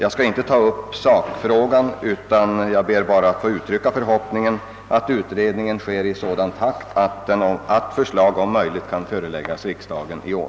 Jag skall nu inte ta upp någon diskussion om sakfrågan, utan ber endast att få uttrycka den förhoppningen att utredningen göres i sådan takt att förslag kan föreläggas riksdagen i år.